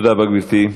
תודה רבה, גברתי.